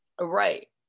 right